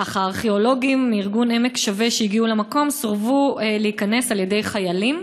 הארכיאולוגים מארגון עמק שווה שהגיעו למקום סורבו להיכנס על ידי חיילים,